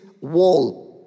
wall